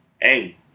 Hey